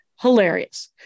hilarious